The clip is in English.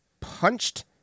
Punched